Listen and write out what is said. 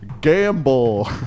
gamble